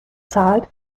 zahlt